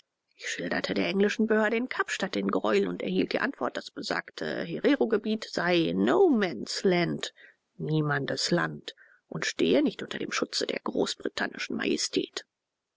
ich schilderte der englischen behörde in kapstadt den greuel und erhielt die antwort das besagte hererogebiet sei nomansland niemandesland und stehe nicht unter dem schutze der großbritannischen majestät